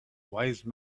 wise